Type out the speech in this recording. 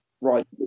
right